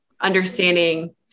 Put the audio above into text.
understanding